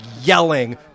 yelling